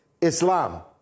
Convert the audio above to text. Islam